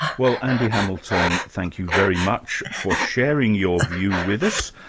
well andy hamilton, thank you very much for sharing your view with us.